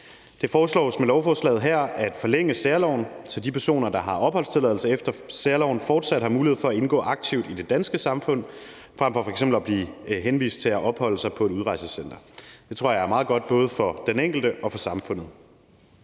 Det foreslås med lovforslaget her at forlænge særloven, så de personer, der har opholdstilladelse efter særloven, fortsat har mulighed for at indgå aktivt i det danske samfund frem for f.eks. at blive henvist til at opholde sig på et udrejsecenter. Det tror jeg er meget godt både for den enkelte og for samfundet.